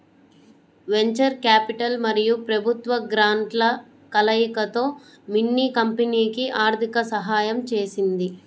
venture capital మరియు ప్రభుత్వ గ్రాంట్ల కలయికతో మిన్నీ కంపెనీకి ఆర్థిక సహాయం చేసింది